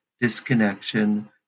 disconnection